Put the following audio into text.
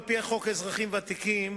על-פי חוק האזרחים הוותיקים,